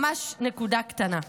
ממש נקודה קטנה.